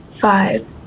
five